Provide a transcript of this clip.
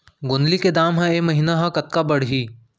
गोंदली के दाम ह ऐ महीना ह कतका बढ़ही?